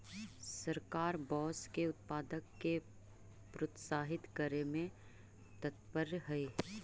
सरकार बाँस के उत्पाद के प्रोत्साहित करे में तत्पर हइ